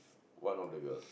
one of the girls